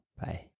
bye